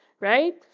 right